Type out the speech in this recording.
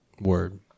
Word